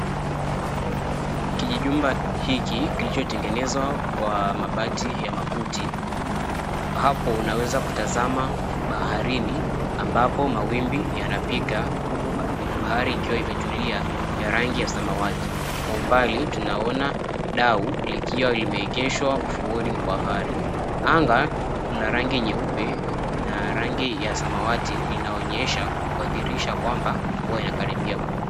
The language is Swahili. Kijijumba hiki kilichotengenezwa kwa mabati ya makuti, hapo unaweza kutazama baharini ambapo mawimbi yanapiga huku bahari ikiwa imetulia ya rangi ya samawati. Kwa umbali tunaona dau likiwa limeegeshwa ufuoni mwa bahari. Anga la rangi nyeupe na rangi ya samawati linaonyesha kuathirisha kwamba mvua inakaribia kuja.